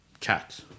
chat